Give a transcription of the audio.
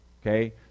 okay